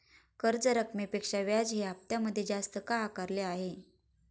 कर्ज रकमेपेक्षा व्याज हे हप्त्यामध्ये जास्त का आकारले आहे?